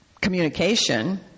communication